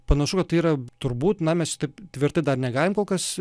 panašu kad tai yra turbūt na mes čia taip tvirtai dar negalim kol kas